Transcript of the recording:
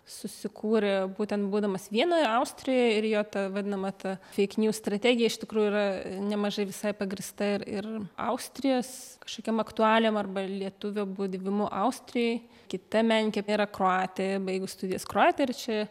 susikūrė būtent būdamas vienoje austrijoje ir jo ta vadinama ta feike nius strategija iš tikrųjų yra nemažai visai pagrįsta ir ir austrijos kažkokiom aktualijom arba lietuvių būvimu austrijoj kita menkė jinai yra kroatė baigus studijas kroatijoje ir čia